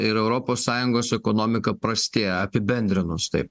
ir europos sąjungos ekonomika prastėja apibendrinus taip